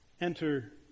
enter